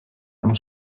amb